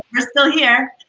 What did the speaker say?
we're still here.